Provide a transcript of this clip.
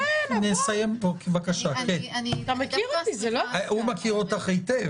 אתה מכיר אותי, זה לא עובד ככה.